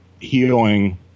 healing